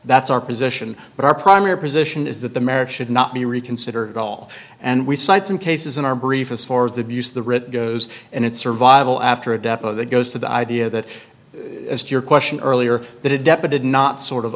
that's our position but our primary position is that the marriage should not be reconsidered at all and we cite some cases in our brief as far as the abuse of the writ goes and its survival after a death of that goes to the idea that as your question earlier that it deputed not sort of